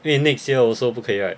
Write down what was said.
eh next year also 不可以 right